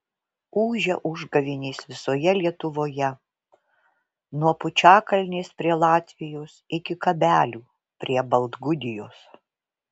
ūžia užgavėnės visoje lietuvoje nuo pučiakalnės prie latvijos iki kabelių prie baltgudijos